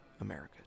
America